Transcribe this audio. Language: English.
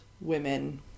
women